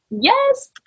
Yes